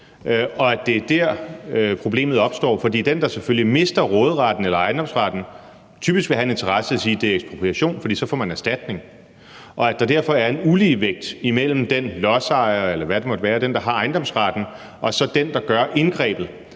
Og det er der, problemet opstår, fordi den, der mister råderetten eller ejendomsretten, typisk vil have en interesse i at sige, at det er ekspropriation, for så får man erstatning. Og derfor vil der være en uligevægt imellem den lodsejer, eller hvad det måtte være, altså den, der har ejendomsretten, og så den, der foretager indgrebet,